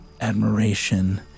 admiration